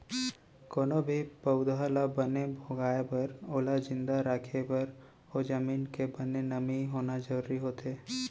कोनो भी पउधा ल बने भोगाय बर ओला जिंदा राखे बर ओ जमीन के बने नमी होना जरूरी होथे